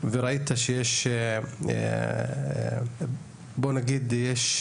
וראית שיש בוא נגיד יש,